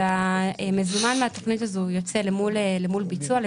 והמזומן מהתוכנית הזאת יוצא למול ביצוע,